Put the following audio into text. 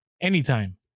anytime